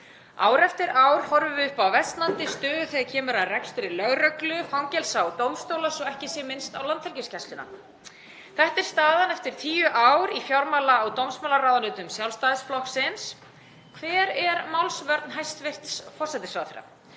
Ár eftir ár horfum við upp á versnandi stöðu þegar kemur að rekstri lögreglu, fangelsa og dómstóla, svo ekki sé minnst á Landhelgisgæsluna. Þetta er staðan eftir tíu ár í fjármála- og dómsmálaráðuneytum Sjálfstæðisflokksins. Hver er málsvörn hæstv. forsætisráðherra